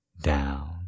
down